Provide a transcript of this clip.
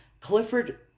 Clifford